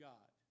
God